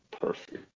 perfect